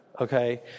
okay